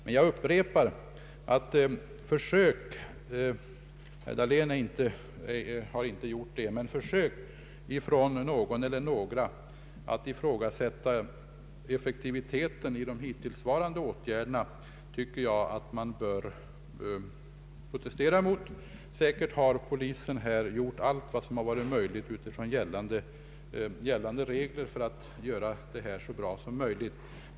Men jag upprepar att man bör protestera mot försök — herr Dahlén har inte gjort några sådana — från någons eller någras sida att ifrågasätta effektiviteten av de hittills vidtagna åtgärderna. Säkert har polisen i detta fall gjort allt vad som med gällande regler varit möjligt för att åtgärderna skulle bli så effektiva som möjligt.